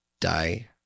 die